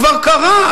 כבר קרה.